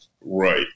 right